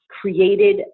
created